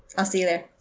i'll see you there.